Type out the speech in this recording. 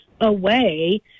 away